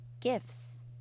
gifts